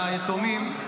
היתומים,